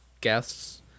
guests